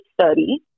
study